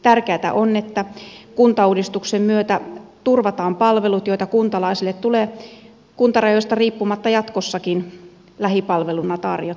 tärkeätä on että kuntauudistuksen myötä turvataan palvelut joita kuntalaisille tulee kuntarajoista riippumatta jatkossakin lähipalveluna tarjota